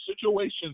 situations